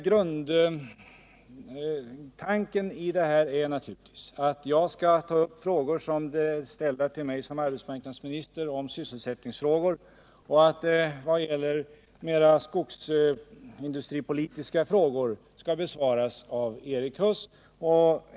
Grundtanken är naturligtvis att jag skall besvara frågor som är ställda till mig som arbetsmarknadsminister, dvs. sysselsättningsfrågor, medan mera skogsindustripolitiska frågor skall besvaras av Erik Huss.